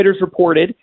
reported